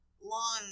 long